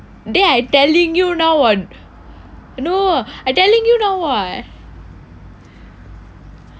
dey I telling you now [what] no I telling you know [what]